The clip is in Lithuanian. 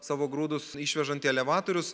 savo grūdus išvežant į elevatorius